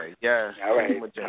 Yes